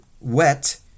Wet